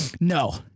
no